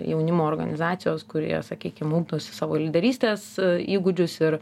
jaunimo organizacijos kurie sakykim ugdosi savo lyderystės įgūdžius ir